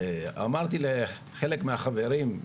אמרתי לחלק מהחברים,